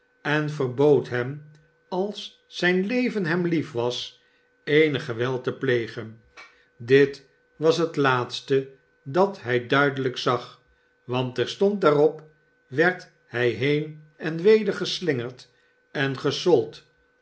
en verbood hem als zijn leven hem lief was eenig geweld te plegen dit was het laatste dat hij duidelijk zag want terstond daarop werd hij heen en weder geslingerd en gesold